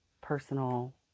personal